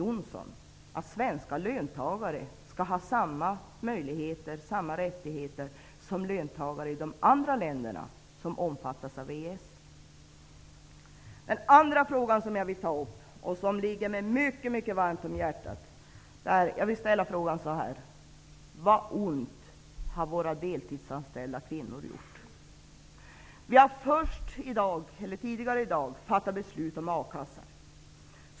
Jonsson att svenska löntagare skall ha samma möjligheter och samma rättigheter som löntagare i övriga länder som omfattas av EES? En annnan fråga som jag vill ta upp och som ligger mig mycket varmt om hjärtat är: Vad ont har våra deltidsanställda kvinnor gjort? Tidigare i dag har vi ju fattat beslut om a-kassan.